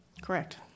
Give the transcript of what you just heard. Correct